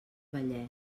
vallès